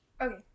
Okay